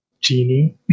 genie